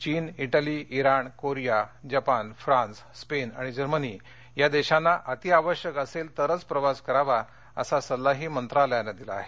चीन तिली तिण कोरिया जपान फ्रान्स स्पेन आणि जर्मनी या देशांना अति आवश्यक असेल तरच प्रवास करावा असा सल्लाही मंत्रालयानं दिला आहे